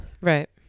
Right